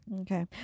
Okay